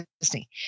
Disney